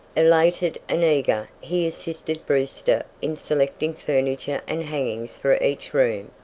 elated and eager, he assisted brewster in selecting furniture and hangings for each room,